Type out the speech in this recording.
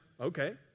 Okay